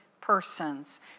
persons